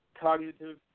cognitive